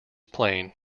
plain